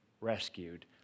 rescued